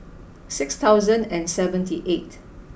six thousand and seventy eight